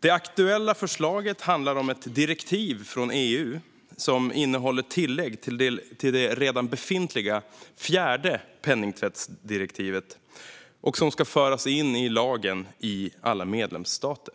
Det aktuella förslaget handlar om ett direktiv från EU som innehåller tillägg till det redan befintliga fjärde penningtvättsdirektivet som ska föras in i lagen i alla medlemsstater.